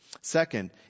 Second